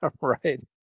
Right